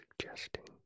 suggesting